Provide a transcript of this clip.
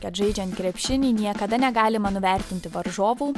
kad žaidžiant krepšinį niekada negalima nuvertinti varžovų